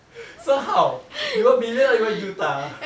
so how you want billion or you want juta